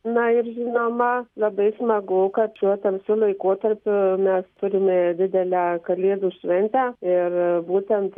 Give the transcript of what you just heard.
na ir žinoma labai smagu kad šiuo tamsiu laikotarpiu mes turime didelę kalėdų šventę ir būtent